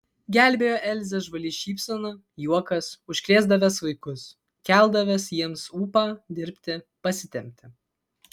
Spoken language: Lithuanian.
gelbėjo elzę žvali šypsena juokas užkrėsdavęs vaikus keldavęs jiems ūpą dirbti pasitempti